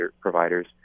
providers